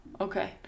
Okay